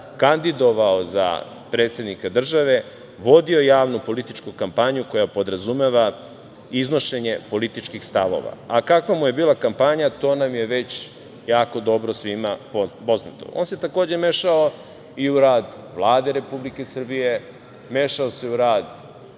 kandidovao za predsednika države, vodio javnu političku kampanju koja podrazumeva iznošenje političkih stavova, a kakva mu je bila kampanja, to nam je već jako dobro svima poznato. On se takođe mešao i u rad Vlade Republike Srbije, mešao se u rad